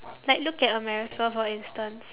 like look at america for instance